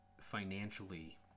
financially